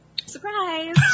Surprise